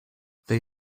they